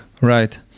Right